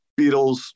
beatles